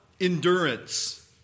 Endurance